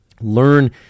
learn